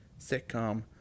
sitcom